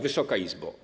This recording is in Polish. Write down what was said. Wysoka Izbo!